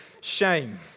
shame